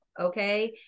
okay